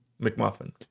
McMuffin